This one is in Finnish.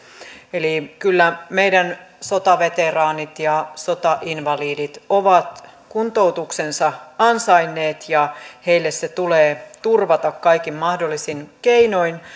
eli kyllä meidän sotaveteraanit ja sotainvalidit ovat kuntoutuksensa ansainneet ja heille se tulee turvata kaikin mahdollisin keinoin